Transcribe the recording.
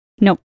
Nope